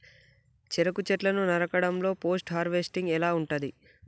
చెరుకు చెట్లు నరకడం లో పోస్ట్ హార్వెస్టింగ్ ఎలా ఉంటది?